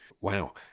Wow